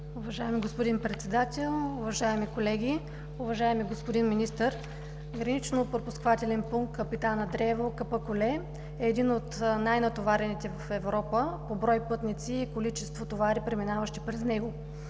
уважаеми господин Председател. Уважаеми колеги, уважаеми господин Министър! ГПП „Капитан Андреево – Капъкуле“, е един от най-натоварените в Европа по брой пътници и количество товари, преминаващи през него,